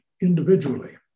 individually